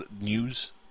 news